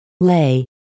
lay